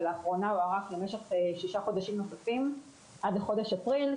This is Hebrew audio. ולאחרונה הוארך למשך שישה חודשים נוספים עד לחודש אפריל.